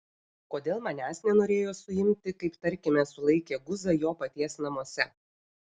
kodėl manęs nenorėjo suimti kaip tarkime sulaikė guzą jo paties namuose